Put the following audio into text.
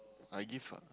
I give ah